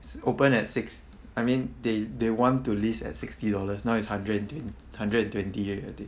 it's open at six I mean they they want to list at sixty dollars now is hundred hundred and twenty eight